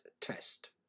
test